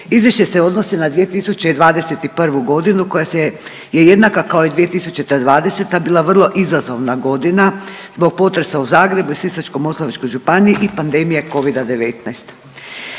Izvješće se odnosi na 2021.g. koja je jednaka kao i 2020. bila vrlo izazovna godina zbog potresa u Zagrebu i Sisačko-moslavačkoj županiji i pandemije covida-19.